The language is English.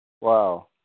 Wow